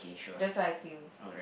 that's what I feel